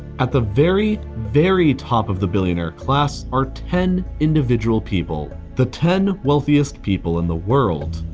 at the very, very top of the billionaire class are ten individual people the ten wealthiest people in the world.